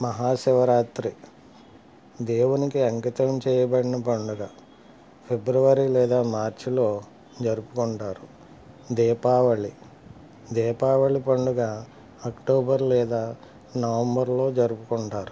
మహా శివరాత్రి దేవునికి అంకితం చేయబడిన పండుగ ఫిబ్రవరి లేదా మార్చ్లో జరుపుకుంటారు దీపావళి దీపావళి పండుగ అక్టోబర్ లేదా నవంబర్లో జరుపుకుంటారు